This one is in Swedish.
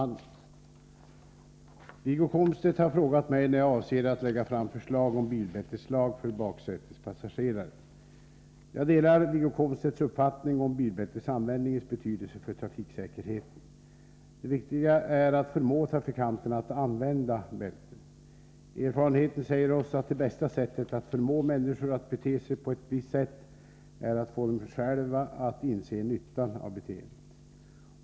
Herr talman! Wiggo Komstedt har frågat mig när jag avser att lägga fram förslag om bilbälteslag för baksätespassagerare. Jag delar Wiggo Komstedts uppfattning om bilbältesanvändningens betydelse för trafiksäkerheten. Det viktiga är att förmå trafikanterna att använda bälten. Erfarenheten säger oss att det bästa sättet att förmå människor att bete sig på ett visst sätt, är att få dem själva att inse nyttan av beteendet.